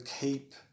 keep